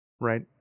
Right